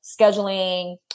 scheduling